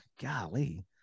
golly